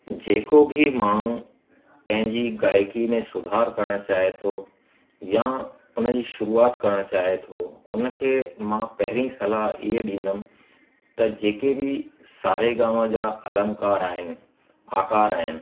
जे को बि माण्हू पंहिंजी गायकीअ में सुधार करणु चाहे थो या हुनजी शुरूआत करणु चाहे थो हुनखे मां पहिरीं सलाह इअं ॾींदुमि त जे के बि सा रे गा मा जा अलंकार आहिनि आकार आहिनि